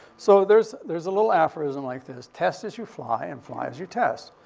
so there's there's a little aphorism like this, test as you fly and fly as you test.